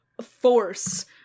force